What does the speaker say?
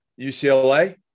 UCLA